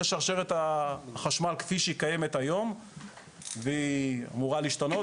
זו שרשרת החשמל כפי שהיא קיימת היום והיא אמורה להשתנות,